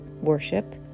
worship